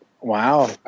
Wow